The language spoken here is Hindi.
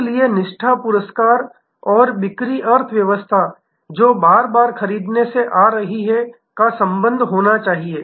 इसलिए निष्ठा पुरस्कार और बिक्री अर्थव्यवस्था जो बार बार खरीदने से आ रही है का संबंध होना चाहिए